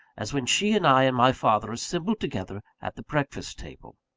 as when she and i and my father assembled together at the breakfast-table.